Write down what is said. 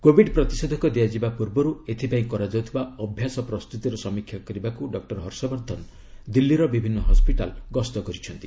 covid ପ୍ରତିଷେଧକ ଦିଆଯିବା ପୂର୍ବରୁ ଏଥିପାଇଁ କରାଯାଉଥିବା ଅଭ୍ୟାସ ପ୍ରସ୍ତୁତିର ସମୀକ୍ଷା କରିବାକୁ ଡକ୍ଟର ହର୍ଷବର୍ଦ୍ଧନ ଦିଲ୍ଲୀର ବିଭିନ୍ନ ହସ୍କିଟାଲ ଗସ୍ତ କରିଛନ୍ତି